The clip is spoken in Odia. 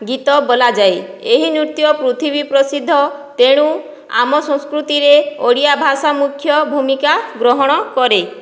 ଗୀତ ବୋଲାଯାଏ ଏହି ନୃତ୍ୟ ପୃଥିବୀ ପ୍ରସିଦ୍ଧ ତେଣୁ ଆମ ସଂସ୍କୃତିରେ ଓଡ଼ିଆ ଭାଷା ମୁଖ୍ୟ ଭୂମିକା ଗ୍ରହଣ କରେ